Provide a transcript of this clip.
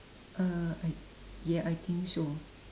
uh I ya I think so